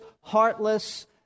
heartless